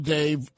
Dave